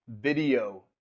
video